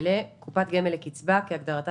הגדרות 1. בתקנות אלה "קופת גמל לקצבה" כהגדרתה